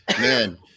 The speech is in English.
man